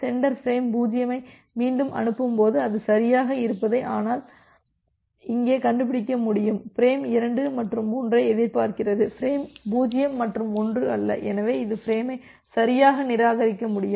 centre frame 0 ஐ மீண்டும் அனுப்பும் போது அது சரியாக இருப்பதை ஆனால் இங்கே கண்டுபிடிக்க முடியும் பிரேம் 2 மற்றும் 3 ஐஎதிர்பார்க்கிறது பிரேம் 0 மற்றும் 1 அல்ல எனவே இது ஃபிரேமை சரியாக நிராகரிக்க முடியும்